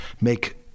make